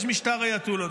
יש משטר אייתוללות.